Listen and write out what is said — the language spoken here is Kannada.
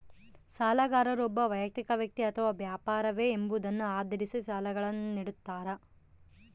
ಸಾಲಗಾರರು ಒಬ್ಬ ವೈಯಕ್ತಿಕ ವ್ಯಕ್ತಿ ಅಥವಾ ವ್ಯಾಪಾರವೇ ಎಂಬುದನ್ನು ಆಧರಿಸಿ ಸಾಲಗಳನ್ನುನಿಡ್ತಾರ